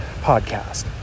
Podcast